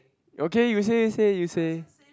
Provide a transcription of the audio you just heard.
okay you say you say you say you say